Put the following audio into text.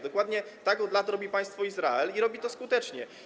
Dokładnie tak od lat robi Państwo Izrael i robi to skutecznie.